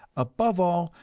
above all,